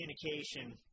communication